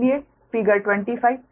इसलिए फिगर 25